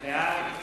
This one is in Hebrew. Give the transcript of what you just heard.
בעד